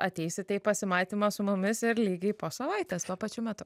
ateisite į pasimatymą su mumis ir lygiai po savaitės tuo pačiu metu